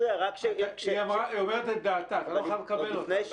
היא אומרת את דעתה, אתה לא חייב לקבל אותה.